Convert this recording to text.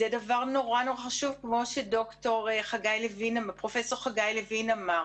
זה דבר חשוב מאוד, כמו שפרופ' חגי לוין אמר